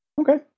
Okay